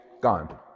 gone